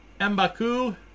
M'Baku